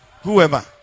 whoever